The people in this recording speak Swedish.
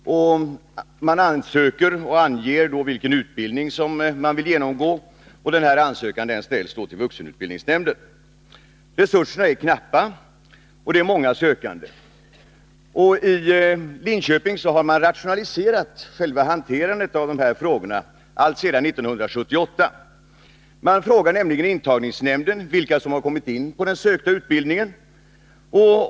I ansökan, som ställs till vuxenutbildningsnämnden, anges vilken utbildning som man vill genomgå. Resurserna är knappa, och det är många sökande. I Linköping har vuxenutbildningsnämnden alltsedan 1978 rationaliserat hanterandet av dessa ärenden. Vuxenutbildningsnämnden frågar nämligen intagningsnämnden vilka som har kommit in på den sökta utbildningen.